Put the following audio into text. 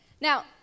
Now